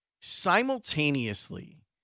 simultaneously